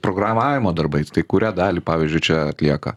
programavimo darbai tai kurią dalį pavyzdžiui čia atlieka